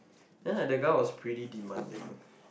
then like the guy was pretty demanding